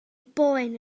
boen